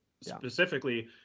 specifically